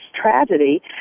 tragedy